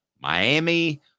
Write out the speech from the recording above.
Miami